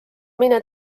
mine